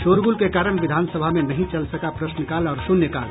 शोरगुल के कारण विधानसभा में नहीं चल सका प्रश्नकाल और शून्यकाल